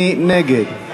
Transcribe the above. מי נגד?